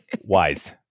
Wise